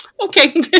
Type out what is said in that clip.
Okay